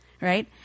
right